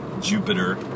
Jupiter